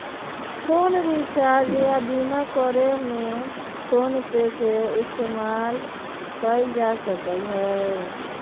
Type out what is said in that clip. phone recharge या बीमा करे में फोनपे के इस्तेमाल कएल जा सकलई ह